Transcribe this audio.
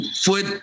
foot